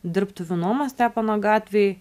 dirbtuvių nuomą stepono gatvėj